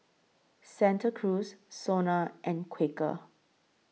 Santa Cruz Sona and Quaker